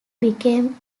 became